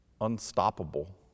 unstoppable